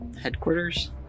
headquarters